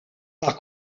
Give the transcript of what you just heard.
par